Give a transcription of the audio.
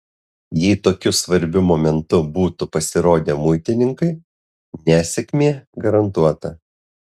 jei tokiu svarbiu momentu būtų pasirodę muitininkai nesėkmė garantuota